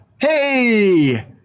hey